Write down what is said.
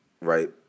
Right